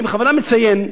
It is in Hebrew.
אני בכוונה מציין,